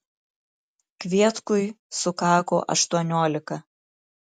kvietkui sukako aštuoniolika